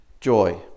joy